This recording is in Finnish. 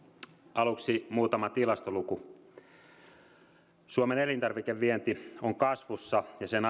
aluksi muutama tilastoluku suomen elintarvikevienti on kasvussa ja sen